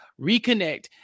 reconnect